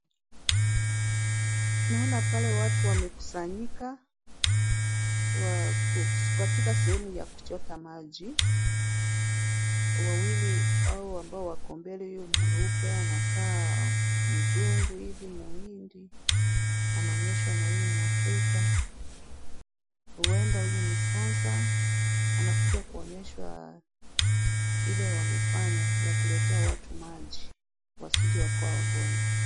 Naona pale watu wamekusanyika katika sehemu ya kuchota maji. Wawili hao ambao wako mbele huyo mweupe anakaa mzungu hivi, mhindi, anaonyeshwa na huyu mwafrika. Huenda huyu ni sponsor anakuja kuonyeshwa ile wamefanya ya kuletea watu maji wasije wakawa wagonjwa.